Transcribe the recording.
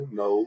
no